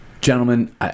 gentlemen